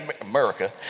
America